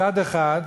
מצד אחד,